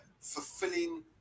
fulfilling